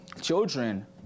children